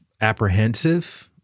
apprehensive